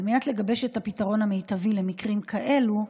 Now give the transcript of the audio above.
על מנת לגבש את הפתרון המיטבי למקרים כאלה,